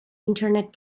internet